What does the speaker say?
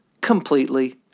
completely